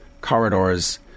corridors